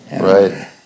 Right